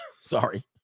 sorry